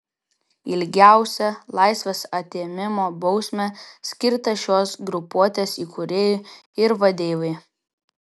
ilgiausia laisvės atėmimo bausmė skirta šios grupuotės įkūrėjui ir vadeivai